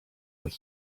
what